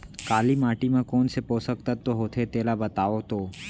काली माटी म कोन से पोसक तत्व होथे तेला बताओ तो?